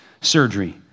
surgery